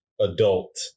adult